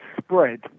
spread